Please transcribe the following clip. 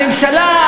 הממשלה,